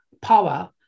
power